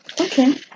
Okay